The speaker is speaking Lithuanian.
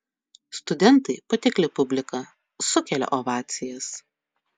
studentai patikli publika sukelia ovacijas